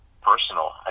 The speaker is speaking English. personal